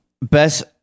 Best